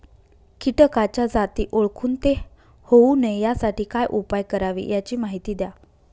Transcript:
किटकाच्या जाती ओळखून ते होऊ नये यासाठी काय उपाय करावे याची माहिती द्या